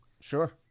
Sure